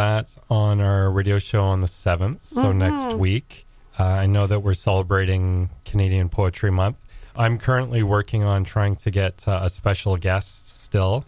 that on our radio show on the seventh the next week i know that we're celebrating canadian poetry month i'm currently working on trying to get a special guest still